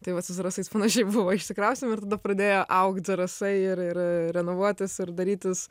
tai vat su zarasais panašiai buvo išsikraustėm ir tada pradėjo augt zarasai ir renovuotis ir darytis